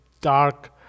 dark